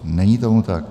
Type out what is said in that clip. Není tomu tak.